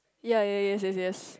ya ya yes yes yes